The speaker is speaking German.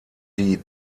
die